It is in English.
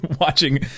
watching